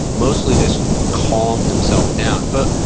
mostly just calm himself down. but,